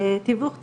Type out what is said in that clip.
תיווך תקשורת,